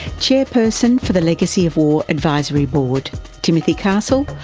chairperson for the legacy of war advisory board timothy castle,